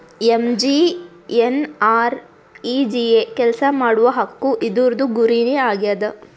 MGNREGA ಕೆಲ್ಸಾ ಮಾಡುವ ಹಕ್ಕು ಇದೂರ್ದು ಗುರಿ ನೇ ಆಗ್ಯದ